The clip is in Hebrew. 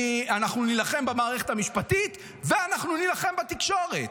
אנחנו נילחם במערכת המשפטית ואנחנו נילחם בתקשורת.